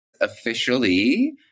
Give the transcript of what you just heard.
officially